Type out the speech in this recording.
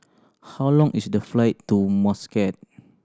how long is the flight to Muscat